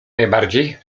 najbardziej